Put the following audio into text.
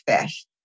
fish